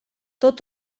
tot